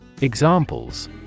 Examples